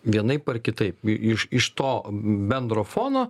vienaip ar kitaip i iš iš to bendro fono